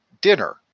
dinner